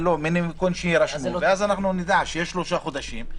אז נדע שיש שלושה חודשים,